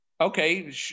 okay